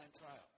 trial